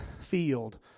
field